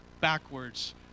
backwards